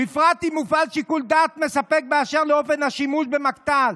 ובפרט אם הופעל שיקול דעת מספק באשר לאופן השימוש במכת"ז".